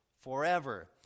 forever